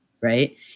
right